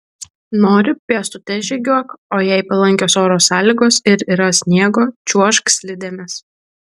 nori pėstute žygiuok o jei palankios oro sąlygos ir yra sniego čiuožk slidėmis